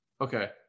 Okay